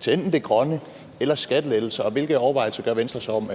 til enten det grønne eller til skattelettelser. Hvilke overvejelser gør Venstre sig om,